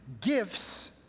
gifts